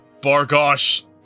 Bargosh